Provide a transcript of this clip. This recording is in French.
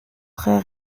très